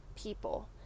people